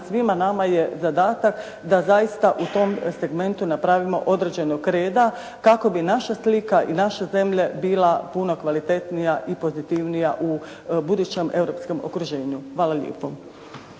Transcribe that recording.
svima nama je zadatak da zaista u tom segmentu napravimo određenog reda kako bi naša slika i naša zemlja bila puno kvalitetnija i pozitivnija u budućem europskom okruženju. Hvala lijepo.